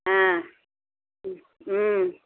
ஆ ம் ம்